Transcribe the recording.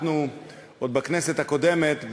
אנחנו עוד בכנסת הקודמת,